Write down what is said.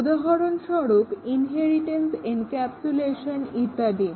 উদাহরণস্বরূপ inheritance encapsulation ইত্যাদি